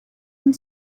and